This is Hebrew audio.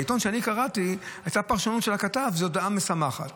בעיתון שקראתי הייתה פרשנות של הכתב שזו הודעה משמחת.